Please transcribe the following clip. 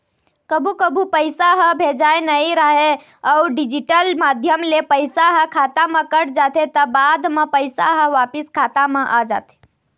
कभू कभू पइसा ह भेजाए नइ राहय अउ डिजिटल माध्यम ले पइसा ह खाता म कट जाथे त बाद म पइसा ह वापिस खाता म आ जाथे